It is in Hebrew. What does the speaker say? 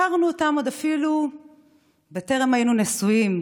הכרנו אותם עוד אפילו טרם היינו נשואים.